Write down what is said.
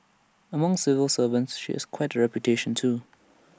among civil servants she is quite reputation too